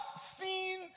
seen